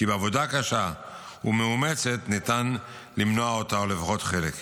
כי בעבודה קשה ומאומצת ניתן למנוע אותה או לפחות חלק ממנה.